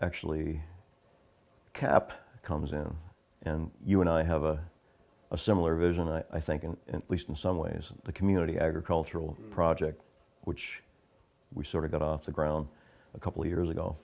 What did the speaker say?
actually cap comes in and you and i have a similar vision i think in least in some ways the community agricultural project which we sort of got off the ground a couple of years ago